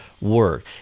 work